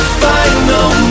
final